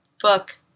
book